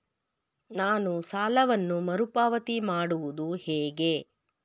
ನಾನು ಸಾಲವನ್ನು ಮರುಪಾವತಿ ಮಾಡುವುದು ಹೇಗೆ?